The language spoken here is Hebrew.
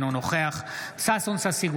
אינו נוכח ששון ששי גואטה,